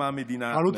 המדינה מוציאה.